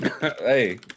Hey